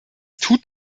tut